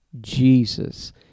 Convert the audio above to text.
Jesus